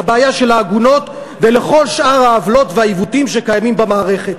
לבעיה של העגונות ולכל שאר העוולות והעיוותים שקיימים במערכת.